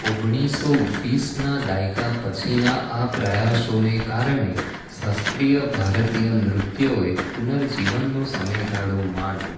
ઓગણીસો વીસના દાયકા પછીના આ પ્રયાસોને કારણે શાસ્ત્રીય ભારતીય નૃત્યોએ પુનર્જીવનનો સમયગાળો માણ્યો